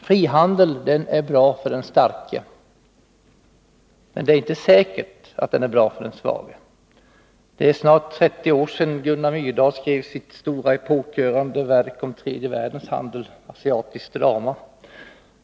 Frihandeln är bra för den starke, men det är inte säkert att den är bra för den svage. Det är snart 30 år sedan Gunnar Myrdal skrev sitt stora epokgörande verk om tredje världens handel, Asiatiskt drama.